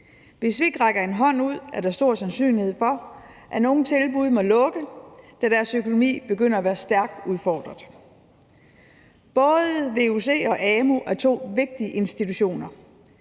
vi ikke rækker en hånd ud, er der stor sandsynlighed for, at nogle tilbud må lukke, da deres økonomi begynder at være stærkt udfordret. Både vuc og amu er vigtige institutioner.